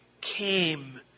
came